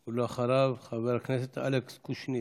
ואחריו, חבר הכנסת אלכס קושניר.